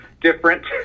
different